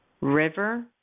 River